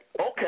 okay